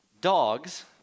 Dogs